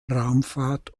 raumfahrt